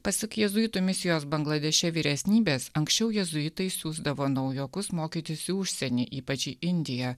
pasak jėzuitų misijos bangladeše vyresnybės anksčiau jėzuitai siųsdavo naujokus mokytis į užsienį ypač į indiją